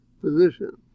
position